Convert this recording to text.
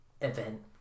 event